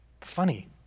funny